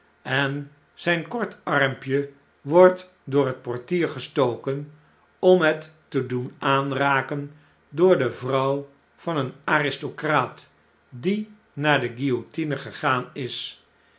en z jjn kort armpje wordt door het portier gestoken om het te doen aanraken door de vrouw van een aristocraat die naar de guillotine gegaan is